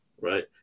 right